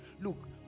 Look